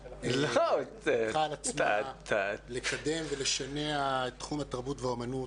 היא לקחה על עצמה לקדם ולשנע את תחום התרבות והאומנות